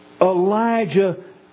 Elijah